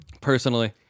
personally